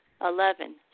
Eleven